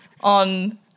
on